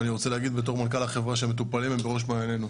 ואני רוצה להגיד בתור מנכ"ל החברה שהמטופלים הם בראש מעיינינו,